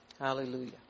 Hallelujah